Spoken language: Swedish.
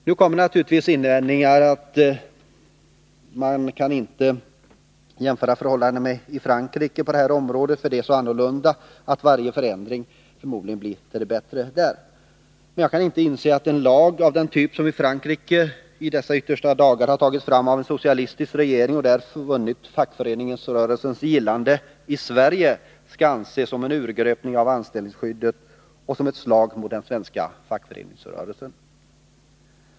Nu kommer naturligtvis invändningen att man inte kan jämföra med förhållandena i Frankrike på det här området, eftersom de är så annorlunda att varje förändring där förmodligen bara blir till det bättre. Men jag kan inte inse att en lag av den typ som i Frankrike i dessa yttersta dagar har tagits fram av en socialistisk regering och där vunnit fackföreningsrörelsens gillande i Sverige skall anses som en urgröpning av anställningsskyddet och ett slag mot den svenska fackföreningsrörelsen.